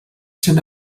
sent